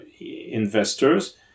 investors